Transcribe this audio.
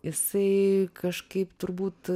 jisai kažkaip turbūt